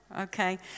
Okay